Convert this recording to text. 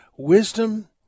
Wisdom